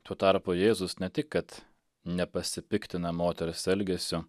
tuo tarpu jėzus ne tik kad nepasipiktina moters elgesiu